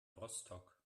rostock